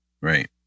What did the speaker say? Right